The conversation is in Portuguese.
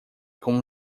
com